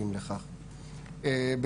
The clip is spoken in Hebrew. אבל באופן כללי אני כן אוכל לומר,